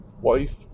wife